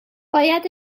باید